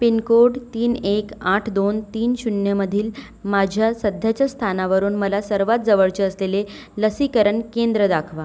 pin code तीन एक आठ दोन तीन शून्यमधील माझ्या सध्याच्या स्थानावरून मला सर्वात जवळचे असलेले लसीकरण केंद्र दाखवा